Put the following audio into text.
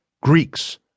Greeks